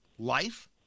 life